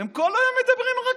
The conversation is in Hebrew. הם כל היום מדברים רק,